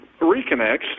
reconnects